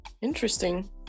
Interesting